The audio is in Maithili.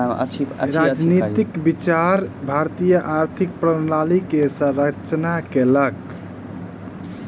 राजनैतिक विचार भारतीय आर्थिक प्रणाली के संरचना केलक